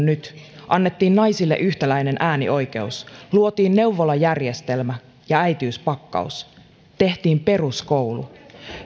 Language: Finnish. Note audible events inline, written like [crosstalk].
[unintelligible] nyt annettiin naisille yhtäläinen äänioikeus luotiin neuvolajärjestelmä ja äitiyspakkaus tehtiin peruskoulu